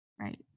Right